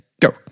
go